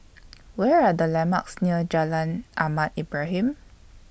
What Are The landmarks near Jalan Ahmad Ibrahim